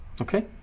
Okay